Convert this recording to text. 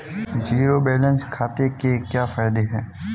Zero balance खाते के क्या फायदे हैं?